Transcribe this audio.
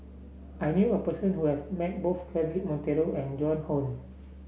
I knew a person who has met both Cedric Monteiro and Joan Hon